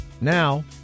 Now